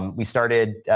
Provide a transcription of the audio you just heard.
we started,